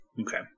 Okay